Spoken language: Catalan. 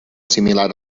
similar